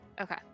Okay